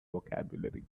vocabulary